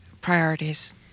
Priorities